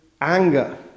anger